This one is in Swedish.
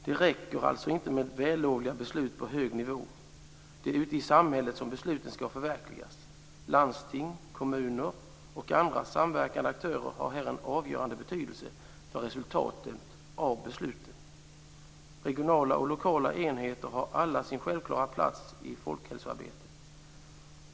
Det räcker alltså inte med vällovliga beslut på hög nivå. Det är ute i samhället som besluten skall förverkligas. Landsting, kommuner och andra samverkande aktörer har en avgörande betydelse för resultatet av besluten. Regionala och lokala enheter har alla sin självklara plats i folkhälsoarbetet.